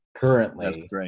Currently